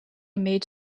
made